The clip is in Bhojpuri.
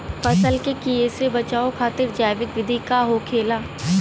फसल के कियेसे बचाव खातिन जैविक विधि का होखेला?